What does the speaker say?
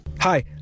Hi